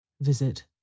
Visit